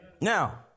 Now